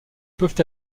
peuvent